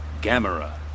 Gamera